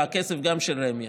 וגם הכסף של רמ"י,